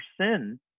sin